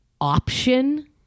option